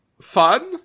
fun